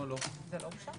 נעבור להצבעה השנייה.